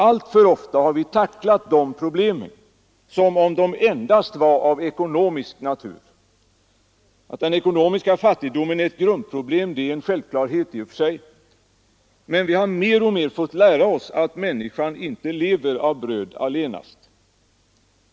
Alltför ofta har vi tacklat dessa problem som om de endast var av ekonomisk natur — att den ekonomiska fattigdomen är ett grundproblem är i och för sig en självklarhet — men vi har mer och mer fått lära oss, att människan inte lever av bröd allenast.